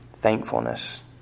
thankfulness